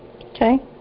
Okay